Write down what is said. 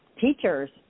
teachers